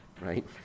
Right